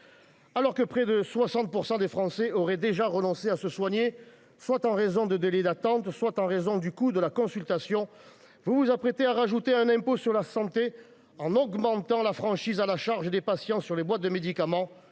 Alors qu’environ 60 % des Français auraient déjà renoncé à se soigner, en raison soit de délais d’attente soit du coût de la consultation, vous vous apprêtez à ajouter un impôt sur la santé en augmentant la franchise à la charge des patients sur les boîtes de médicaments